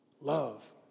Love